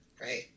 right